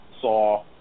saw